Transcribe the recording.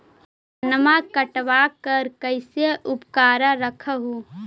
धनमा कटबाकार कैसे उकरा रख हू?